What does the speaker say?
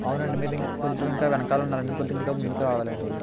అవునండి మీరు కొద్దిగా ఇంకా వెనకాల ఉన్నారండి కొద్దిగా ఇంకా ముందుకు రావాలండి